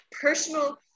personal